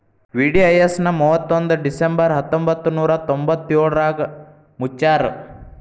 VDIS ನ ಮುವತ್ತೊಂದ್ December ಹತ್ತೊಂಬತ್ ನೂರಾ ತೊಂಬತ್ತಯೋಳ್ರಾಗ ಮುಚ್ಚ್ಯಾರ